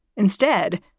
instead,